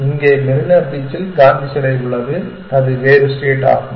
இங்கே மெரினா பீச்சில் காந்தி சிலை உள்ளது அது வேறு ஸ்டேட் ஆகும்